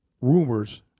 rumors